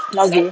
last day